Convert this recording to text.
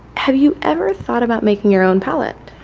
have you ever thought about making your own palette?